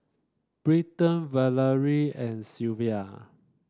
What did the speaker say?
Britton Valery and Sylvia